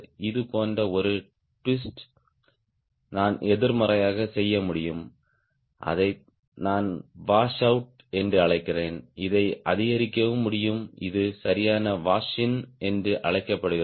இது போன்ற ஒரு ட்விஸ்ட் நான் எதிர்மறையாக செய்ய முடியும் அதை நான் வாஷ் அவுட் என்று அழைக்கிறேன் இதை அதிகரிக்கவும் முடியும் இது சரியான வாஷ் இன் என்று அழைக்கப்படுகிறது